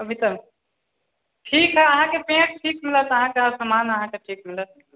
अभी तऽ ठीक हय अहाँकेॅं पेड़ ठीक मिलत अहाँके हर समान अहाँकेॅं ठीक मिलत